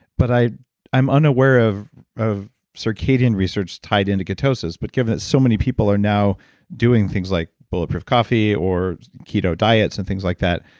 but i'm unaware of of circadian research tied into ketosis. but given that so many people are now doing things like bulletproof coffee, or keto diets and things like that,